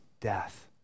death